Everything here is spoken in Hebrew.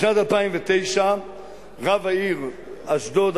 בשנת 2009 רב העיר אשדוד,